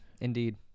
Indeed